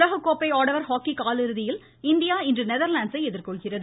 உலகக் கோப்பை ஆடவர் ஹாக்கி காலிறுதியில் இந்தியா இன்று நெதர்லாண்ஸை எதிர்கொள்கிறது